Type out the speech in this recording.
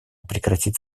прекратить